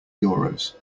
euros